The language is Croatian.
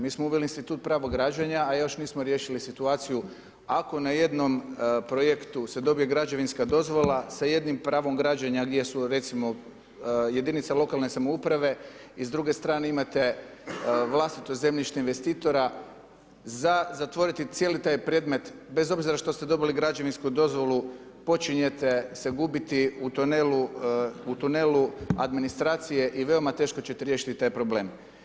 Mi smo uveli institut pravo građenja a još nismo riješili situaciju ako na jednom projektu se dobije građevinska dozvola sa jednim pravom građenja gdje su recimo jedinice lokalne samouprave i s druge strane imate vlastitog zemljišnog investitora, za zatvoriti cijeli taj predmet bez obzira što ste dobili građevinsku dozvolu, počinjete se gubiti u tunelu administracije i veoma teško ćete riješiti taj problem.